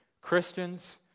Christians